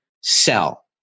sell